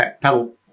pedal